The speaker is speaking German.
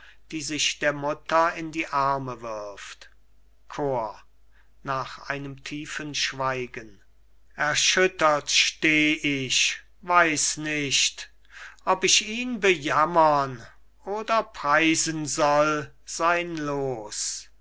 die sich der mutter in die arme wirft chor cajetan nach einem tiefen schweigen erschüttert steh ich weiß nicht ob ich ihn bejammern oder preisen soll sein loos